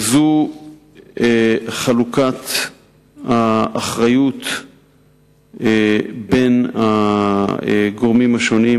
זאת חלוקת האחריות בין הגורמים השונים,